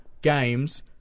games